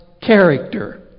character